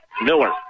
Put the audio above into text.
Miller